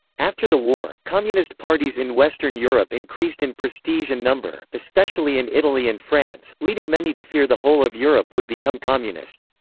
after the war, communist parties in western europe increased in prestige and number, especially in italy and france, leading many to fear the whole of europe would become communist.